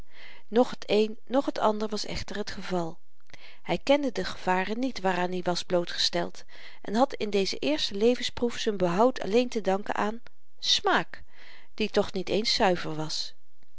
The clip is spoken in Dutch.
t een noch t ander was echter het geval hy kende de gevaren niet waaraan i was blootgesteld en had in deze eerste levensproef z'n behoud alleen te danken aan smaak die toch niet eens zuiver was